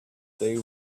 they